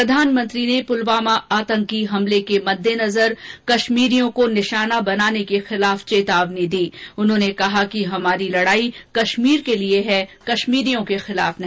प्रधानमंत्री ने पुलवामा आतंकी हमले के मद्देनजर कश्मीरियों को निशाना बनाने के खिलाफ चेतावनी दी उन्होंने कहा कि हमारी लड़ाई कश्मीर के लिए है कश्मीरियों के खिलाफ नहीं